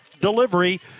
delivery